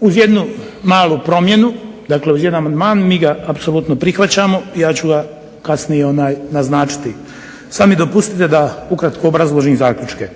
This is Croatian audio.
uz jednu malu promjenu, dakle uz jedan amandman, mi ga apsolutno prihvaćamo, ja ću ga kasnije naznačiti. Sad mi dopustite da ukratko obrazložim zaključke.